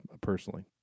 personally